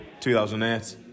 2008